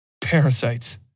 Parasites